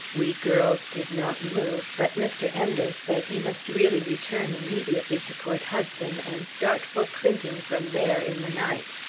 we girls did not move, but mr. enders said he must really return immediately to port hudson, and start for clinton from there in the night.